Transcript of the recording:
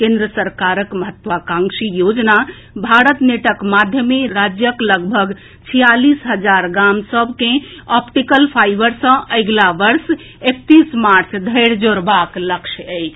केंद्र सरकारक महत्वाकांक्षी योजना भारत नेटक माध्यमे राज्यक लगभग छियालीस हजार गाम सभ के ऑप्टिकल फाईबर सँ अगिला वर्ष एकतीस मार्च धरि जोड़बाक लक्ष्य अछि